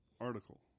article